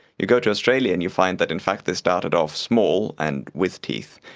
you go to australia and you find that in fact they started off small and with teeth.